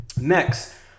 Next